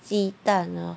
鸡蛋 lor